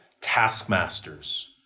Taskmasters